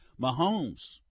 Mahomes